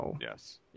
yes